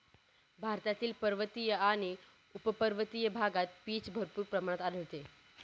भारतातील पर्वतीय आणि उपपर्वतीय भागात पीच भरपूर प्रमाणात आढळते